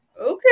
okay